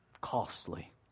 Costly